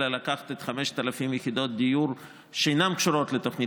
אלא לקחת את 5,000 יחידות הדיור שאינן קשורות לתוכנית